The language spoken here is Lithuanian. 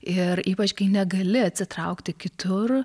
ir ypač kai negali atsitraukti kitur